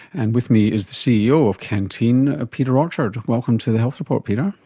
and with me is the ceo of canteen, ah peter orchard. welcome to the health report, peter.